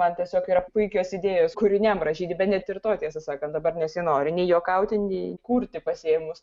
man tiesiog yra puikios idėjos kūriniam rašyti bet net ir to tiesą sakant dabar nesinori nei juokauti nei kurti pasiėmus